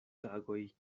tagoj